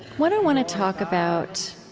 what i want to talk about